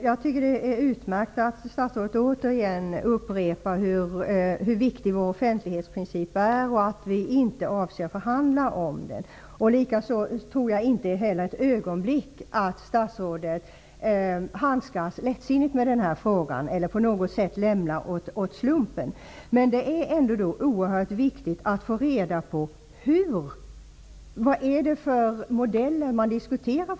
Fru talman! Det är utmärkt att statsrådet återigen upprepar hur viktig vår offentlighetsprincip är och att vi inte avser att förhandla om den. Jag tror inte heller ett ögonblick att statsrådet handskas lättsinnigt med den här frågan eller på något sätt lämnar den åt slumpen. Men det är oerhört viktigt att vi får reda på vilka modeller för kodifieringen som man diskuterar.